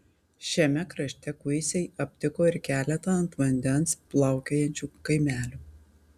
šiame krašte kuisiai aptiko ir keletą ant vandens plaukiojančių kaimelių